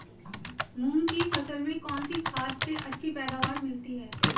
मूंग की फसल में कौनसी खाद से अच्छी पैदावार मिलती है?